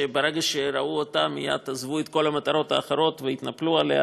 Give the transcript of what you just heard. שברגע שראו אותה מייד עזבו את כל המטרות האחרות והתנפלו עליה,